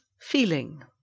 feeling